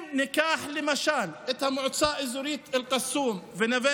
אם ניקח למשל את המועצה האזורית אל-קסום ונווה